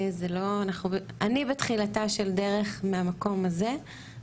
אני בתחילתה של דרך מהמקום הזה,